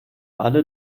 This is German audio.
alle